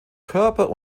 körper